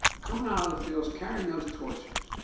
coming out of the fields carrying those torches,